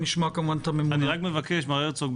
מר הרצוג,